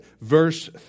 Verse